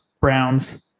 Browns